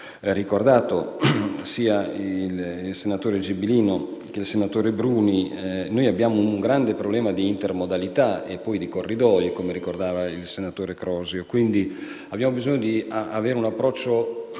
ricordato sia il senatore Gibiino che il senatore Bruni; abbiamo un notevole problema di intermodalità e poi di corridoi, come ricordava il senatore Crosio. Dobbiamo perciò avere un approccio